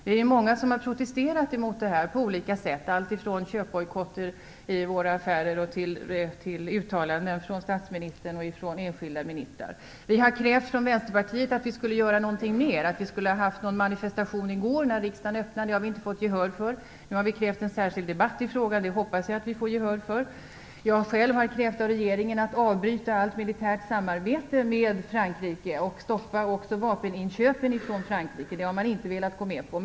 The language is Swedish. Det är många som har protesterat mot det här på olika sätt, alltifrån köpbojkotter i våra affärer till uttalanden från statsministern och enskilda ministrar. Vänsterpartiet har krävt att vi skall göra något mer, bl.a. att vi skulle göra en manifestation i går när riksdagen öppnade. Vi fick inte gehör för det. Nu har vi krävt en särskild debatt i frågan, och jag hoppas att vi får gehör för det. Jag själv har krävt att regeringen skall avbryta allt militärt samarbete med Frankrike och också stoppa vapeninköpen från Frankrike. Det har man inte velat gå med på.